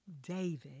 David